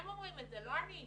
אם אומרים את זה, לא אני.